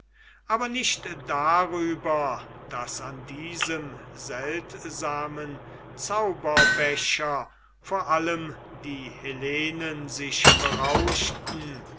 aber nicht darüber daß an diesem seltsamen zauberbecher vor allem die hellenen sich berauschten